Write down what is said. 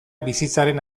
bizitzaren